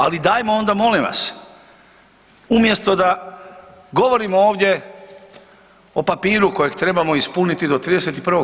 Ali dajmo onda molim vas umjesto da govorimo ovdje o papiru kojeg trebamo ispuniti do 31.